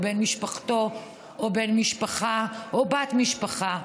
או בן משפחה או בת משפחה,